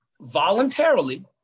voluntarily